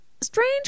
strange